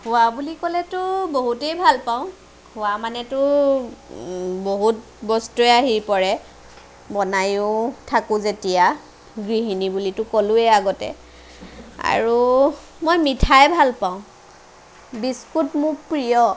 খোৱা বুলি ক'লে তো বহুতেই ভালপাওঁ খোৱা মানে তো বহুত বস্তুৱে আহি পৰে বনাইও থাকো যেতিয়া গৃহিণী বুলিতো কলোৱেই আগতে আৰু মই মিঠাই ভালপাওঁ বিস্কুট মোৰ প্ৰিয়